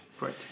Right